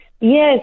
Yes